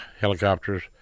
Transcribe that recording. helicopters